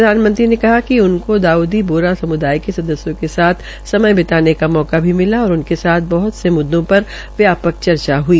प्रधानमंत्री ने कहा कि उनको दाउदी बोरा सम्दाय के सदस्यों के साय समय बिताने का मौका भी मिला और उनके साथ बहत से मुद्दों पर व्यापक बातचीत भी हई